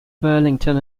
burlington